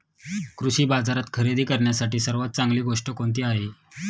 कृषी बाजारात खरेदी करण्यासाठी सर्वात चांगली गोष्ट कोणती आहे?